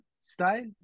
style